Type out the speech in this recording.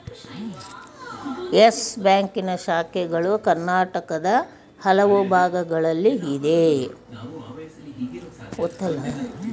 Yes ಬ್ಯಾಂಕಿನ ಶಾಖೆಗಳು ಕರ್ನಾಟಕದ ಹಲವು ಭಾಗಗಳಲ್ಲಿ ಇದೆ